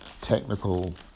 technical